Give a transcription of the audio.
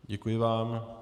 Děkuji vám.